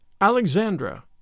Alexandra